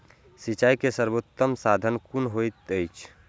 सिंचाई के सर्वोत्तम साधन कुन होएत अछि?